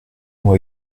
moi